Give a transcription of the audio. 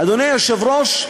אדוני היושב-ראש,